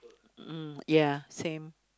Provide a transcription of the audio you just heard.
mm ya same